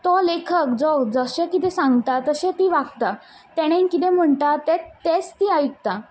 तो लेखक जो जशें कितें सांगता तशें तीं वागता तेणेंन कितें म्हणटा तेंच ती आयकता